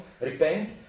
repent